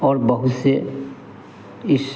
और बहुत से इस